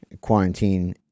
quarantine